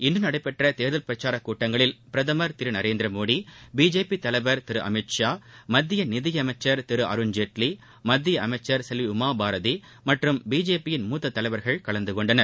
இன்று நடைபெற்ற தேர்தல் பிரச்சார கூட்டங்களில் பிரதமர் திரு நரேந்திரமோடி பிஜேபி தலைவர் திரு அமித் ஷா மத்திய நிதியமைச்சர் திரு அருண்ஜேட்லி மத்திய அமைச்சர் செல்வி உமா பாரதி மற்றும் பிஜேபியின் மூத்த தலைவர்கள் கலந்துகொண்டனர்